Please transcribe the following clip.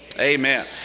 Amen